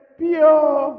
pure